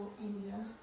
India